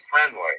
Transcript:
friendly